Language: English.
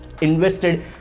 invested